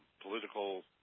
political